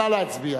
נא להצביע.